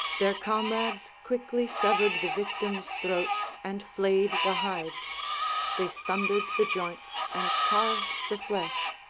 their comrades quickly severed the victims' throats, and flayed the hides they sundered the joints and carved the flesh,